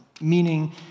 meaning